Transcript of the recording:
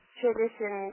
tradition